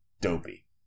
dopey